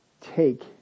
take